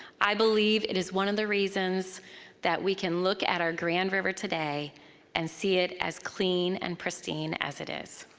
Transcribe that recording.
i believe it is one of the reasons that we can look at our grand river today and see it as clean and pristine as it is.